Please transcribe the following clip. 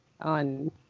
on